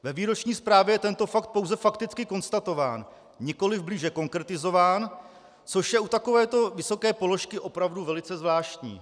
Ve výroční zprávě je tento fakt pouze fakticky konstatován, nikoli blíže konkretizován, což je u takovéto vysoké položky opravdu velice zvláštní.